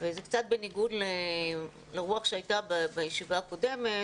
וזה קצת בניגוד לרוח שהייתה בישיבה הקודמת